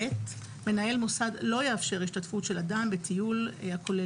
מנהל מוסד לא יאפשר השתתפות של אדם בטיול הכולל